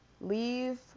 Leave